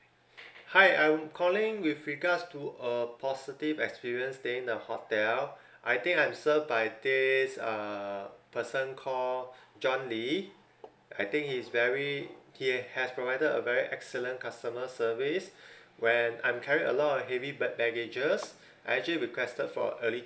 hi I'm calling with regards to a positive experience stay in the hotel I think I'm served by this uh person call john lee I think he's very he has provided a very excellent customer service when I'm carrying a lot of heavy ba~ baggages I actually requested for early